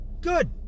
good